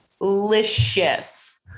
delicious